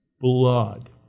blood